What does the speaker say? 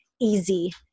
easy